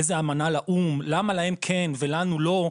איזו אמנה לאו"ם למה להם כן ולנו לא?